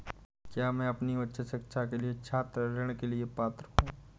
क्या मैं अपनी उच्च शिक्षा के लिए छात्र ऋण के लिए पात्र हूँ?